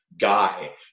guy